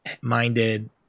minded